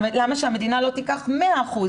למה שהמדינה לא תיקח 100%,